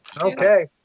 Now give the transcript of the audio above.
Okay